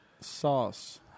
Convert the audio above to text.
Sauce